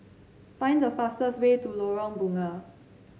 find the fastest way to Lorong Bunga